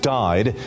died